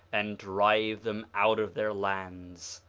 and drive them out of their lands.